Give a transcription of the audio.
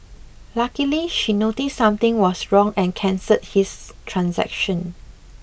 luckily she noticed something was wrong and cancelled his transaction